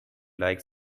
like